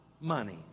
money